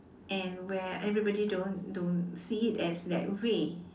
and where everybody don't don't see it as that way